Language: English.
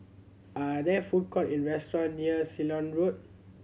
are there food court in restaurant near Ceylon Road